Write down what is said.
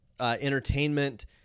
entertainment